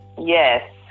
Yes